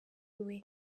iwe